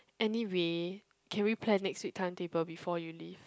anyway can we plan next week timetable before you leave